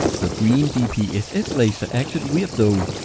the green dpss laser acted weird though.